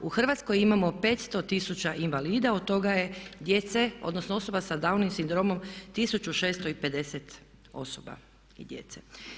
U Hrvatskoj imamo 500 000 invalida, od toga je djece, odnosno osoba sa Downovim sindromom 1650 osoba, djece.